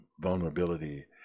vulnerability